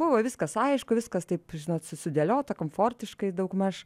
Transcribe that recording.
buvo viskas aišku viskas taip žinot sudėliota komfortiškai daugmaž